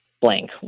blank